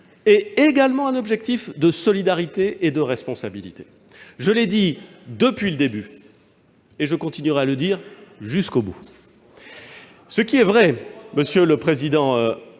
c'est également un objectif de solidarité et de responsabilité. Je l'ai dit depuis le début et je continuerai à le dire jusqu'au bout. Jusqu'au retrait ? Ce qui est vrai, monsieur le président